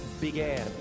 began